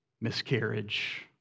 miscarriage